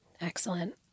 Excellent